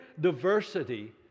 diversity